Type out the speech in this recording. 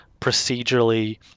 procedurally